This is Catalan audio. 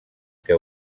que